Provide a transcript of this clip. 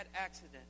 accident